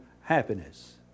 happiness